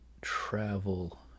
travel